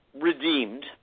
redeemed